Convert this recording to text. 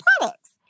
products